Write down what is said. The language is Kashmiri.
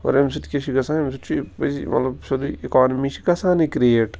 اور ییٚمہِ سٍتۍ کیٛاہ چھُ گَژھان ییٚمہِ سٍتۍ چھُ پٔزی مطلب سیٚودُے اکونامی چھِ گَژھاان کِرٛییٚٹ